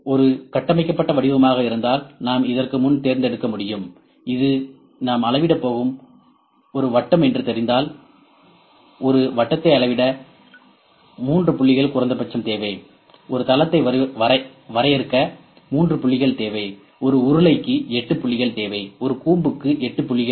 ஒரு கட்டமைக்கப்பட்ட வடிவமாக இருந்தால் நாம் இதற்கு முன் தேர்ந்தெடுக்க முடியும் இது நாம் அளவிடப் போகும் ஒரு வட்டம் என்று தெரிந்தால் ஒரு வட்டத்தை அளவிட 3 புள்ளிகள் குறைந்தபட்சம் தேவைஒரு தளத்தை வரையறுக்க 3 புள்ளிகள் தேவை ஒரு உருளைக்கு 8 புள்ளிகள் தேவை ஒரு கூம்புக்கு 8 புள்ளிகள் தேவை